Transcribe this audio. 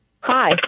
Hi